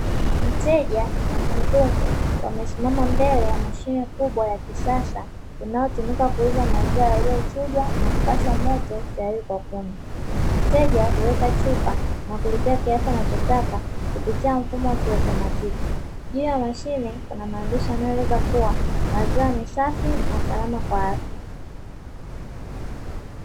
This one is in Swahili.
Mteja na mhudumu wamesimama mbele ya mashine kubwa ya kisasa inayotumika kuuza mazao yaliyochuja na kupashwa moto, tayari kwa kunywa mteja na huweka chupa na kulipia kiasi anachotaka kupitia mfumo wa kiautomatiki, juu ya mashine kuna maandishi yanayosomeka maziwa safi na salama kwa watu.